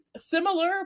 similar